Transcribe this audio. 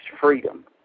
freedom